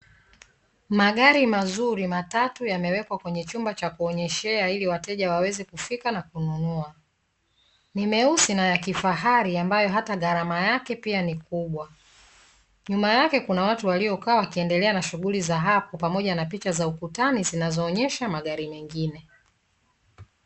Magari mazuri matatu, yamewekwa kwenye chumba cha kuonyeshea ili wateja waweze kufika na kununua. Ni meusi na ya kifahari ambayo hata gharama yake pia ni kubwa, nyuma yake kuna watu waliokaa wakiendelea na shughuli za hapo, pamoja na picha za ukutani zinazoonyesha magari mengine.